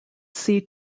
see